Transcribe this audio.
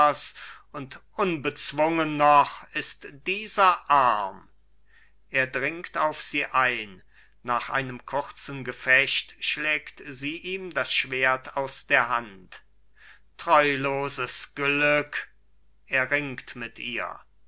und unbezwungen noch ist dieser arm er dringt auf sie ein nach einem kurzen gefecht schlägt sie ihm das schwert aus der hand treuloses glück er ringt mit ihr